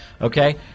okay